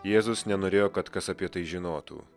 jėzus nenorėjo kad kas apie tai žinotų